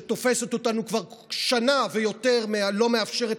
שתופסת אותנו כבר שנה ויותר ולא מאפשרת